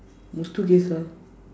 Muthuges lah